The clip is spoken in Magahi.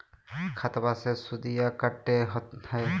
खतबा मे सुदीया कते हय?